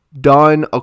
done